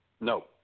No